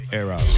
era